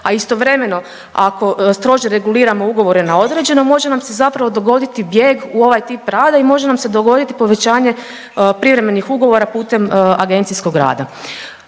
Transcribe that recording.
a istovremeno ako strože reguliramo ugovore na određeno može nam se zapravo dogoditi bijeg u ovaj tip rada i može nam se dogoditi povećanje privremenih ugovora putem agencijskog rada.